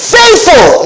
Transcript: faithful